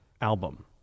Album